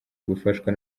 gufashwa